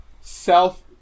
self